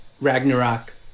Ragnarok